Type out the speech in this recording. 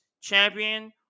champion